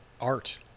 art